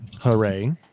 Hooray